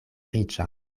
riĉa